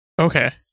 Okay